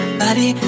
body